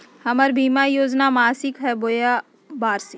हमर बीमा योजना मासिक हई बोया वार्षिक?